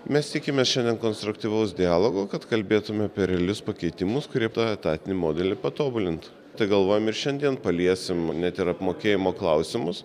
mes tikimės šiandien konstruktyvaus dialogo kad kalbėtume apie realius pakeitimus kurie tą etatinį modelį patobulintų tai galvojam ir šiandien paliesim net ir apmokėjimo klausimus